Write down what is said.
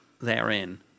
therein